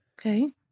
Okay